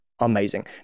amazing